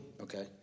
Okay